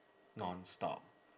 non-stop